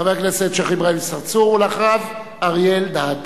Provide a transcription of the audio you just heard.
חבר הכנסת שיח' אברהים צרצור, ואחריו, אריה אלדד.